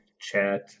chat